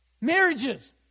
Marriages